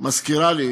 מזכירה לי